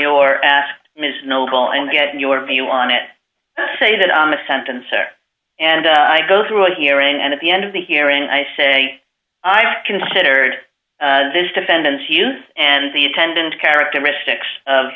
noble and get your view on it say that i'm a sentence or and i go through a hearing and at the end of the hearing i say i considered this defendant's youth and the attendant characteristics of